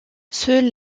seule